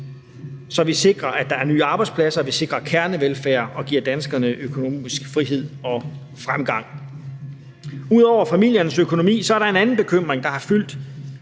også sikre, at der er nye arbejdspladser, at der er kernevelfærd, og give danskerne økonomisk frihed og fremgang. Ud over familiernes økonomi er der en anden bekymring, der har fyldt